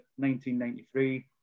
1993